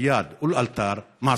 מייד ולאלתר.